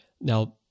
Now